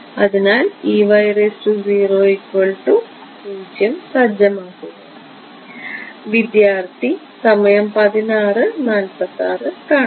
അതിനാൽ സജ്ജമാക്കുക